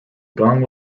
gong